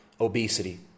obesity